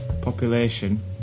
population